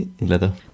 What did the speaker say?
Leather